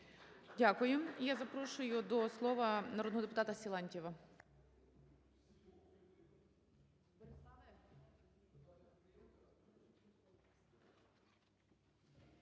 Дякую. Я запрошую до слова народного депутатаКишкаря.